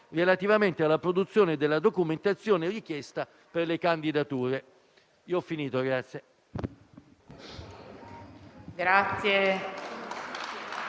relativamente alla produzione della documentazione richiesta per le candidature.